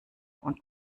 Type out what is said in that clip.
und